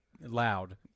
loud